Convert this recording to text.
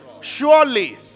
Surely